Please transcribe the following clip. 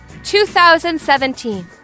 2017